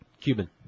Cuban